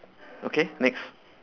okay next